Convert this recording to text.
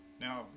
Now